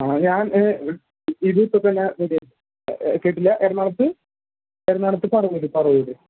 ആ ഞാൻ ഇത് ഇപ്പോൾ തന്നെ കേട്ടില്ല എറണാകുളത്തു എറണാകുളത്തു പറവൂർ പറവൂർ